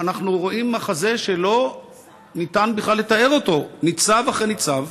אנחנו רואים מחזה שלא ניתן בכלל לתאר אותו: ניצב אחרי ניצב,